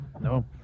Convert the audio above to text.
No